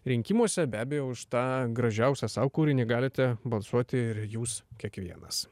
rinkimuose be abejo už tą gražiausią sau kūrinį galite balsuoti ir jūs kiekvienas